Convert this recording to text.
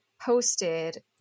posted